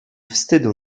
wstydu